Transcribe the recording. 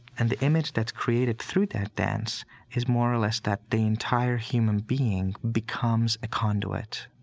and the image that's created through that dance is more or less that the entire human being becomes a conduit,